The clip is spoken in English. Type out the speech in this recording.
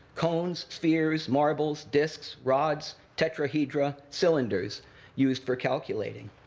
cones, spheres, marbles, disks, rods, tetrahedral, cylinders used for calculating.